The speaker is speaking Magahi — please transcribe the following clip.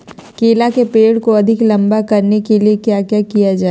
केला के पेड़ को अधिक लंबा करने के लिए किया किया जाए?